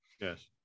Yes